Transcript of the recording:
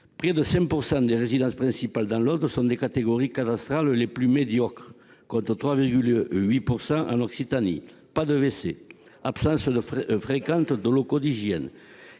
près de 5 % des résidences principales dans l'Aude sont dans les catégories cadastrales les plus médiocres, contre 3,8 % dans toute l'Occitanie : pas de WC, absence fréquente de locaux d'hygiène,